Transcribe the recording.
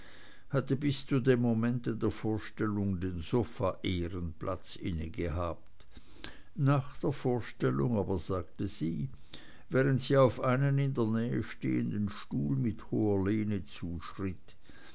hatte bis zu dem momente der vorstellung den sofaehrenplatz innegehabt nach der vorstellung aber sagte sie während sie auf einen in der nähe stehenden stuhl mit hoher lehne zuschritt